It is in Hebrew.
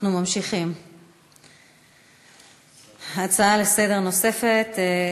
אנחנו ממשיכים להצעה לסדר-היום נוספת,